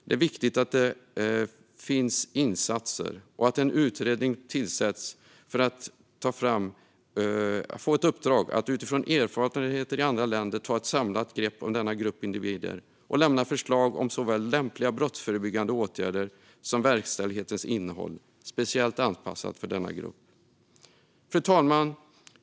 Det är viktigt att det finns insatser och att en utredning tillsätts med uppdraget att utifrån erfarenheter i andra länder ta ett samlat grepp om denna grupp individer. Utredningen ska lämna förslag om såväl lämpliga brottsförebyggande åtgärder som verkställighetens innehåll, speciellt anpassat för denna grupp. Fru talman!